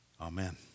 amen